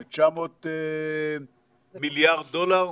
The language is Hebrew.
900 מיליארד דולר.